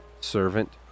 servant